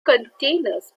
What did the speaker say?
containers